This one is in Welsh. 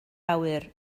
awyr